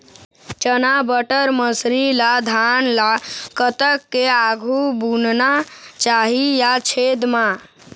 चना बटर मसरी ला धान ला कतक के आघु बुनना चाही या छेद मां?